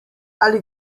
ali